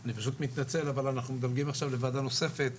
אני פשוט מתנצל אבל אנחנו מדלגים עכשיו לוועדה נוספת.